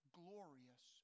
glorious